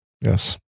Yes